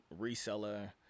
reseller